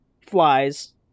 Flies